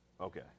Okay